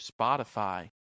Spotify